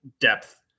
depth